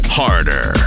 harder